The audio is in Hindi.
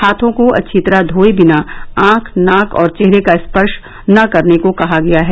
हाथों को अच्छी तरह धोए बिना आंख नाक और चेहरे का स्पर्श न करने को कहा गया है